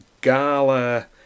gala